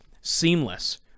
seamless